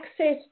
access